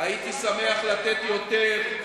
הייתי שמח לתת יותר,